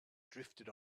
drifted